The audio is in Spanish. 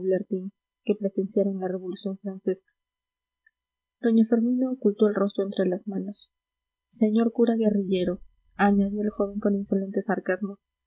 que presenciaron la revolución francesa doña fermina ocultó el rostro entre las manos señor cura guerrillero añadió el joven con insolente sarcasmo